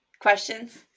questions